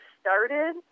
started